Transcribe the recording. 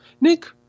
Nick